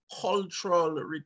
cultural